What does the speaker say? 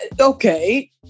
okay